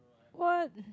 what